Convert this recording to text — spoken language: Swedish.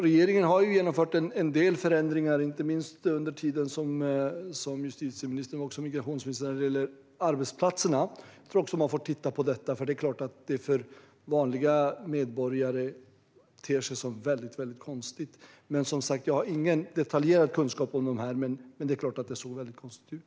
Regeringen har genomfört en del förändringar vad gäller arbetsplatserna, inte minst under justitieministerns och migrationsministerns tid. Jag tror att man får titta också på detta. För vanliga medborgare är det klart att det här ter sig väldigt underligt, men jag har som sagt ingen detaljerad kunskap. Det såg väldigt konstigt ut.